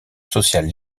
sociale